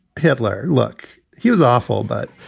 hitler. look, he was awful. but